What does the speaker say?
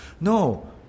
No